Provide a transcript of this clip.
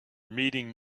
meeting